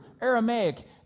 Aramaic